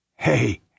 Hey